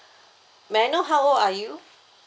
may I know how old are you